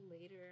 later